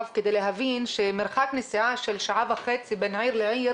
כדי להבין שמרחק נסיעה של שעה וחצי בין עיר לעיר